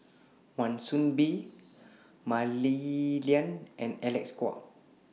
Wan Soon Bee Mah Li Lian and Alec Kuok